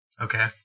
Okay